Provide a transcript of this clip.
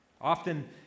Often